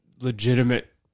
legitimate